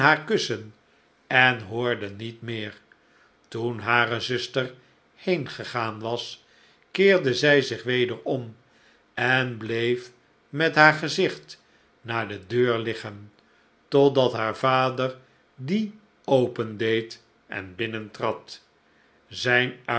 kussen en hoorde niet meer toen hare zuster heengegaan was keerde zij zich weder om en bleef met haar gezicht naar de deur liggen totdat haar vader die opendeed en binnentrad zijn